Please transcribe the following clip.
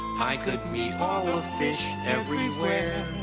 i could meet all the fish everywhere